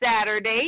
Saturday